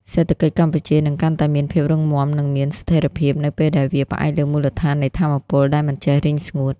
សេដ្ឋកិច្ចកម្ពុជានឹងកាន់តែមានភាពរឹងមាំ និងមានស្ថិរភាព នៅពេលដែលវាផ្អែកលើមូលដ្ឋាននៃថាមពលដែលមិនចេះរីងស្ងួត។